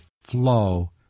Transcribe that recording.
flow